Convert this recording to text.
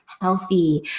healthy